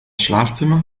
schlafzimmer